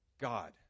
God